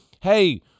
hey